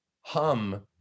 hum